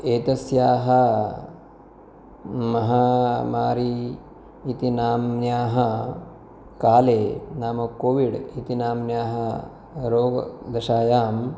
एतस्याः महामारी इति नाम्न्याः काले नाम कोविड् इति इति नाम्न्याः रोगदशायाम्